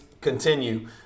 continue